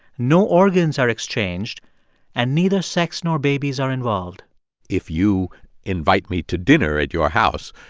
no organs are exchanged and neither sex nor babies are involved if you invite me to dinner at your house,